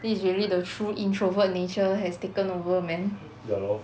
this is really the true introvert nature has taken over man